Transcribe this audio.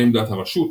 לעמדת הרשות,